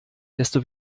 desto